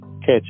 catch